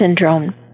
syndrome